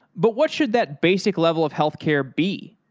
but what should that basic level of healthcare be?